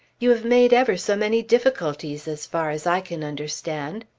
you have made ever so many difficulties as far as i can understand.